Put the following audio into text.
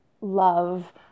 love